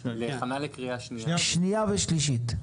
הכנה לקריאה שנייה ושלישית.